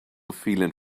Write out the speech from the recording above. feeling